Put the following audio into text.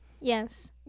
Yes